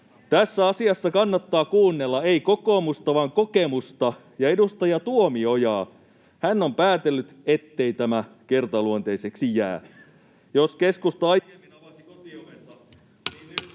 Tässä asiassa kannattaa kuunnella ei kokoomusta vaan kokemusta ja edustaja Tuomiojaa. Hän on päätellyt, ettei tämä kertaluonteiseksi jää. Jos keskusta aiemmin… Arvoisa puhemies!